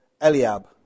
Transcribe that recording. Eliab